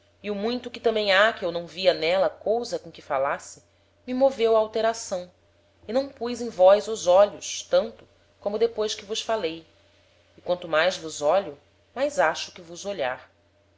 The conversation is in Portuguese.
e o muito que tambem ha que eu não via n'éla cousa com que falasse me moveu á alteração e não pus em vós os olhos tanto como depois que vos falei e quanto mais vos ólho mais acho que vos olhar